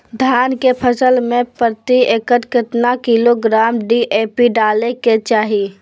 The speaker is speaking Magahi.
धान के फसल में प्रति एकड़ कितना किलोग्राम डी.ए.पी डाले के चाहिए?